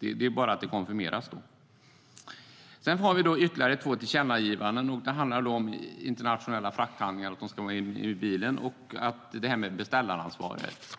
det är bara fråga om att det konfirmeras. Sedan har vi ytterligare två tillkännagivanden. De handlar om internationella frakthandlingar, att de ska finnas i bilen, och om beställaransvaret.